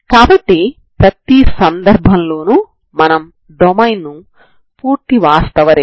కాబట్టి మీరు u xt ని వ్రాయవచ్చు